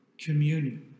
communion